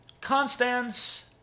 Constance